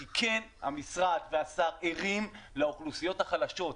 כי כן המשרד והשר ערים לאוכלוסיות החלשות.